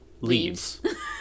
leaves